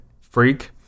freak